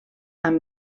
amb